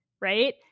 right